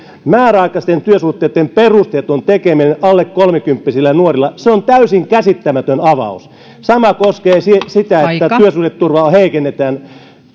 määräaikaisten työsuhteitten perusteeton tekeminen alle kolmekymppisillä nuorilla on täysin käsittämätön avaus sama koskee sitä että työsuhdeturvaa heikennetään